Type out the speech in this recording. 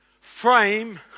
frame